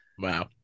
Wow